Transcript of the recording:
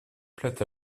plate